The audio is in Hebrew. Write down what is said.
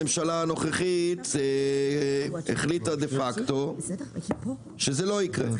הממשלה הנוכחית החליטה דה פקטו שזה לא יקרה.